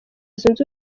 zunze